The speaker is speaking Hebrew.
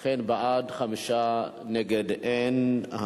בעד, 5, נגד, אין.